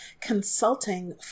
consulting